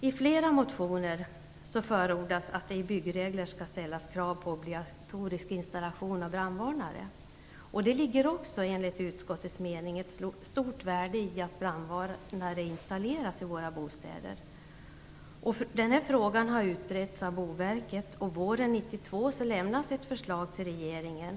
I flera motioner förordas att det i byggreglerna skall ställas krav på obligatorisk installation av brandvarnare. Det ligger enligt utskottets mening också ett stort värde i att brandvarnare installeras i våra bostäder. Den här frågan har utretts av Boverket, och våren 1992 lämnades ett förslag till regeringen.